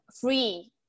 free